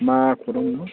मा खौरांमोन